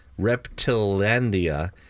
Reptilandia